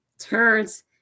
turns